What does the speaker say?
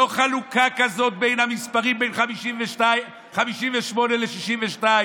לא חלוקה כזאת בין המספרים, בין 58 ל-62.